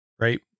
right